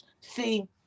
See